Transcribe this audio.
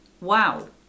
wow